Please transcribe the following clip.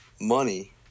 money